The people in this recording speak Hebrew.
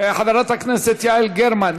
חברת הכנסת יעל גרמן,